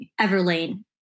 Everlane